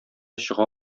чыга